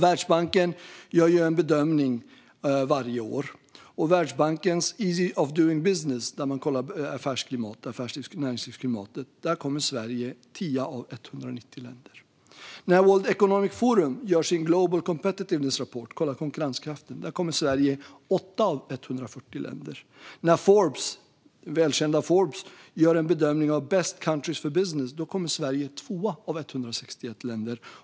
Världsbanken gör en bedömning varje år. I Världsbankens index Ease of Doing Business, där man kollar affärs och näringslivsklimatet, kom Sverige tia av 190 länder. När World Economic Forum gjorde sin Global Competitiveness Report för att kolla konkurrenskraften kom Sverige åtta av 140 länder. När välkända Forbes gjorde bedömningen Best Countries for Business kom Sverige tvåa av 161 länder.